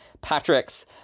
patrick's